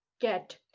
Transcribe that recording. get